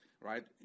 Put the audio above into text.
right